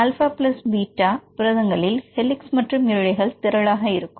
alpha plus beta புரதங்களில் helix மற்றும் இழைகள் திரளாக இருக்கும்